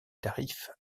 tarifs